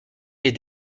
les